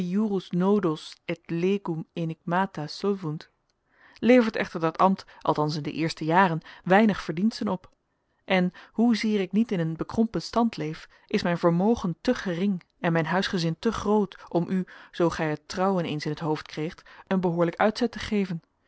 et legum aenigmata solvunt levert echter dat ambt althans in de eerste jaren weinig verdiensten op en hoezeer ik niet in een bekrompen stand leef is mijn vermogen te gering en mijn huisgezin te groot om u zoo gij het trouwen eens in t hoofd kreegt een behoorlijk uitzet te geven